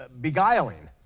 beguiling